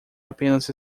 apenas